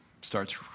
starts